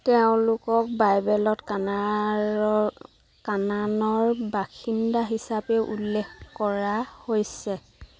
তেওঁলোকক বাইবেলত কানাৰৰ কানানৰ বাসিন্দা হিচাপেও উল্লেখ কৰা হৈছে